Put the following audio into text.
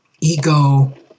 ego